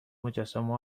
مجسمه